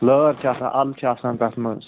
لٲر چھِ آسان اَلہٕ چھِ آسان تتھ مَنٛز